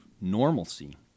normalcy